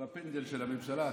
הוא הפנדל של הממשלה.